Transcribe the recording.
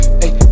hey